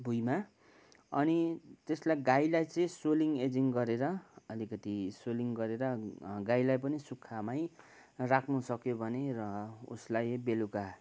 भुँइमा अनि त्यसलाई गाईलाई चाहिँ सोलिङ एजिङ गरेर अलिकति सोलिङ गरेर गाईलाई पनि सुक्खामै राख्नुसक्यो भने र उसलाई बेलुका